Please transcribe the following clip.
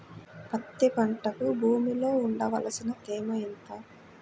పత్తి పంటకు భూమిలో ఉండవలసిన తేమ ఎంత?